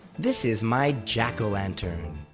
this is my jack o' lantern.